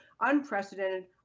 unprecedented